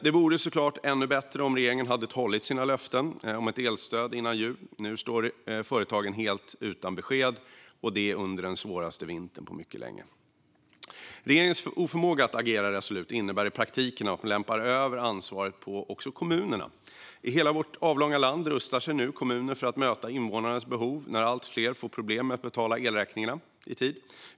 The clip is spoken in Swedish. Det hade såklart varit ännu bättre om regeringen hade hållit sina löften om ett elstöd innan jul. Nu står företagen helt utan besked och det under den svåraste vintern på mycket länge. Regeringens oförmåga att agera resolut innebär i praktiken att man lämpar över ansvaret på kommunerna. I hela vårt avlånga land rustar sig nu kommuner för att möta invånarnas behov när allt fler får problem med att betala elräkningarna i tid.